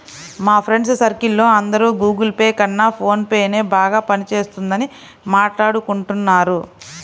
మా friends circle లో అందరూ గుగుల్ పే కన్నా ఫోన్ పేనే బాగా పని చేస్తున్నదని మాట్టాడుకుంటున్నారు